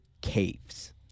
caves